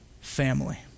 family